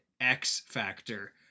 X-Factor